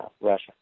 russia